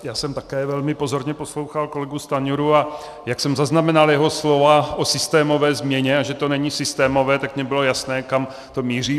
Já jsem také velmi pozorně poslouchal kolegu Stanjuru, a jak jsem zaznamenal jeho slova o systémové změně a že to není systémové, tak mně bylo jasné, kam to míří.